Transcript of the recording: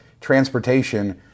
transportation